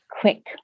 quick